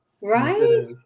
Right